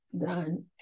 done